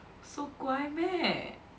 so 乖 meh